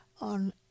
on